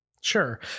Sure